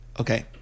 okay